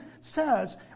says